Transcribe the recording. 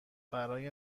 برای